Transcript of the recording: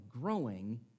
growing